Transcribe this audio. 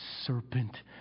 serpent